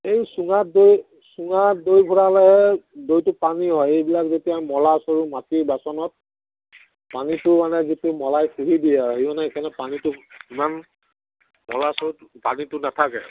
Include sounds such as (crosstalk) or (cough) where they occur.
এই চুঙাত দৈ চুঙাত দৈ ভৰালে দৈটো পানী হয় এইবিলাক যেতিয়া মলা চৰু মাটি বাচনত পানীটো মানে যিটো মলাই (unintelligible) দিয়ে আৰু সেই মানে (unintelligible) পানীটো ইমান মলা চৰুত পানীটো নাথাকে